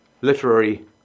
literary